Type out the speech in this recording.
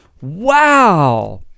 wow